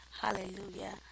hallelujah